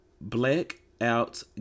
black-out